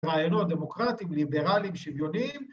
רעיונות דמוקרטיים, ליברליים, שוויוניים.